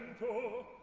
to